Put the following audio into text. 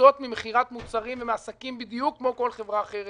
מתפרנסות ממכירת מוצרים ומעסקים בדיוק כמו כל חברה אחרת.